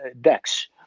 decks